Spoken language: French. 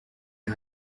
les